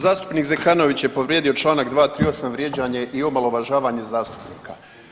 Zastupnik Zekanović je povrijedio čl. 238., vrijeđanje i omalovažavanje zastupnika.